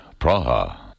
Praha